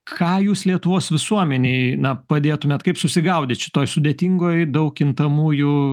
ką jūs lietuvos visuomenei na padėtumėt kaip susigaudyt šitoj sudėtingoj daug kintamųjų